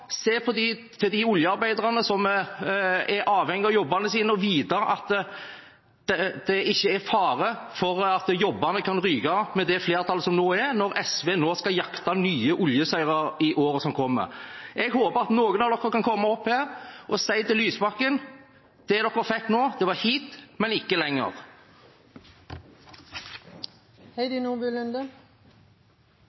til oljearbeiderne som er avhengig av jobbene sine, at det ikke er fare for at jobbene kan ryke med det flertallet som nå er, når SV nå skal jakte nye oljeseire i årene som kommer. Jeg håper noen av dem kan komme opp her og si til Lysbakken: Det dere fikk nå, var hit, men ikke